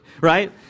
Right